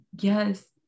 Yes